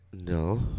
No